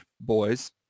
boys